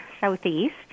southeast